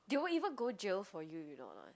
they will even go jail for you you know or not